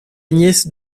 nièce